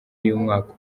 y’umwaka